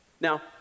Now